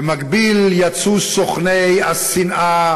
במקביל יצאו סוכני השנאה